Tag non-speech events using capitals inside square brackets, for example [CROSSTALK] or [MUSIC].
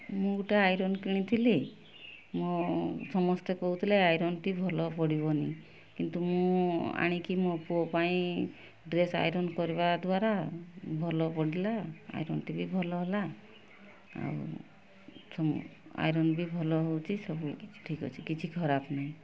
ମୁଁ ଗୋଟେ ଆଇରନ୍ କିଣିଥିଲି ମୁଁ ସମସ୍ତେ କହୁଥିଲେ ଆଇରନ୍ଟି ଭଲ ପଡ଼ିବନି କିନ୍ତୁ ମୁଁ ଆଣିକି ମୋ ପୁଅ ପାଇଁ ଡ୍ରେସ୍ ଆଇରନ୍ କରିବା ଦ୍ୱାରା ଭଲ ପଡ଼ିଲା ଆଇରନ୍ଟି ବି ଭଲ ହେଲା ଆଉ [UNINTELLIGIBLE] ଆଇରନ୍ ବି ଭଲ ହେଉଛି ସବୁ କିଛି ଠିକ୍ ଅଛି କିଛି ଖରାପ ନାହିଁ